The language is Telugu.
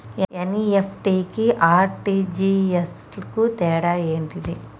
ఎన్.ఇ.ఎఫ్.టి కి ఆర్.టి.జి.ఎస్ కు తేడా ఏంటిది?